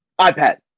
iPad